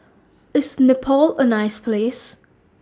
IS Nepal A nice Place